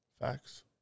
Facts